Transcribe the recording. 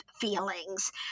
feelings